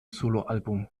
soloalbum